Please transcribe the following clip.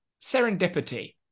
serendipity